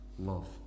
love